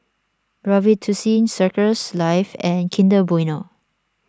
Robitussin Circles Life and Kinder Bueno